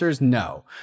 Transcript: No